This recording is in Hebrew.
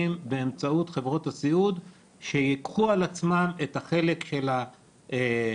באמצעות חברות הסיעוד שיקחו על עצמן את החלק של המשפחה